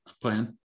plan